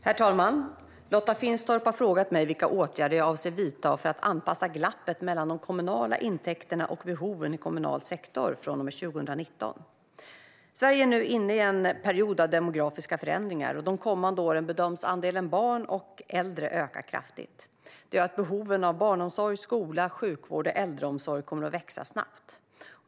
Herr talman! Lotta Finstorp har frågat mig vilka åtgärder jag avser att vidta för att anpassa glappet mellan de kommunala intäkterna och behoven i kommunal sektor från och med 2019. Sverige är nu inne i en period av demografiska förändringar. De kommande åren bedöms andelen barn och äldre öka kraftigt, vilket gör att behovet av barnomsorg, skola, sjukvård och äldreomsorg kommer att växa snabbt.